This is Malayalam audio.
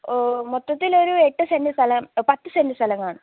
മൊത്തത്തിലൊരു എട്ട് സെൻറ്റ് സ്ഥലം പത്ത് സെൻറ്റ് സ്ഥലം കാണും